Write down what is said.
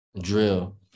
drill